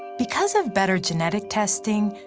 because of better genetic testing,